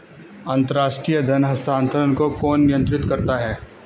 अंतर्राष्ट्रीय धन हस्तांतरण को कौन नियंत्रित करता है?